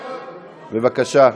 בבקשה.